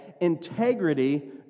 Integrity